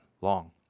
long